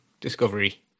discovery